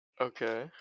Okay